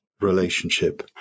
relationship